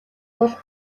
бол